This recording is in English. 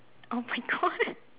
oh my god